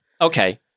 okay